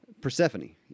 Persephone